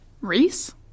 Reese